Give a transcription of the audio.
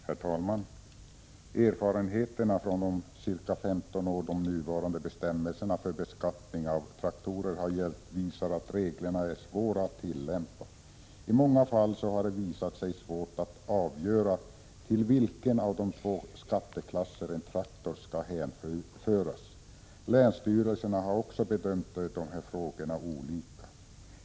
Herr talman! Erfarenheterna från de ca 15 år som de nuvarande bestämmelserna för beskattningen av traktorer har gällt visar att reglerna är svåra att tillämpa. I många fall har det visat sig svårt att avgöra till vilken av de två skatteklasserna en traktor skall hänföras. Länsstyrelserna har också bedömt dessa frågor olika.